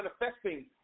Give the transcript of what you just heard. manifesting